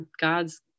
God's